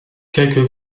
quelques